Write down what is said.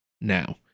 now